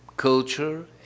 culture